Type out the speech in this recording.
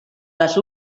les